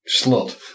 Slut